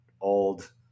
old